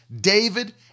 David